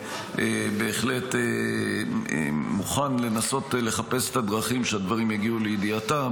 אני בהחלט מוכן לנסות לחפש את הדרכים שהדברים יגיעו לידיעתם.